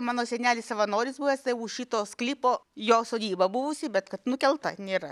mano senelis savanoris buvęs tai už šito sklypo jo sodyba buvusi bet kad nukelta nėra